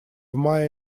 мае